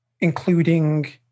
including